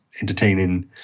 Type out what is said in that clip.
entertaining